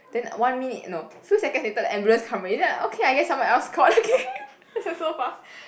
then one minute no few seconds later the ambulance come already then I okay I guess someone else called that was so fast